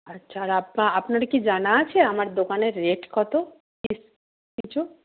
আচ্ছা আর আপনার কি জানা আছে আমার দোকানের রেট কত কিছু